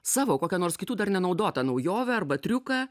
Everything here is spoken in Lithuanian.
savo kokią nors kitų dar nenaudotą naujovę arba triuką